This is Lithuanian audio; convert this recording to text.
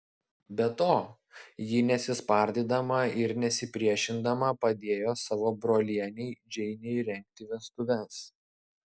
be to ji nesispardydama ir nesipriešindama padėjo savo brolienei džeinei rengti vestuves